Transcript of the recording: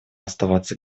оставаться